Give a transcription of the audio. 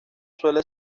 suele